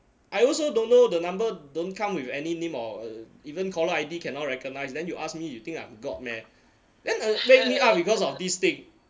I also don't know the number don't come with any name or err even caller I_D cannot recognize then you ask me you think I'm god meh then err wake me up because of this thing